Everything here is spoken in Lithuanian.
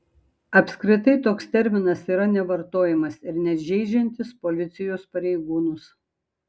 apskritai toks terminas yra nevartojamas ir net žeidžiantis policijos pareigūnus